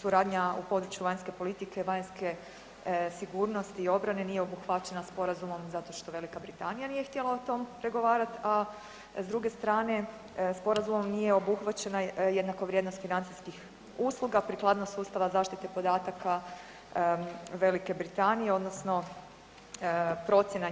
Suradnja u području vanjske politike, vanjske sigurnosti i obrane nije obuhvaćena sporazumom zato što Velika Britanija nije htjela o tom pregovarat, a s druge strane sporazumom nije obuhvaćena jednako vrijedna s financijskih usluga, prikladnost sustava zaštite podataka Velike Britanije odnosno procjena